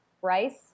Bryce